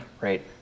right